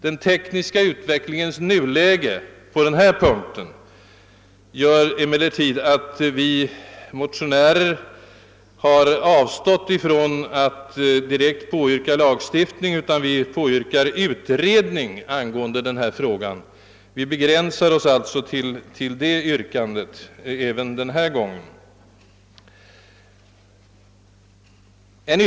Den tekniska utvecklingen i nuläget gör emellertid att vi motionärer har avstått från att direkt yrka på en lagstiftning. Vi har i stället begränsat vårt yrkande även den här gången till en utredning av frågan om promilleregler.